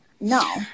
No